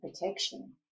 protection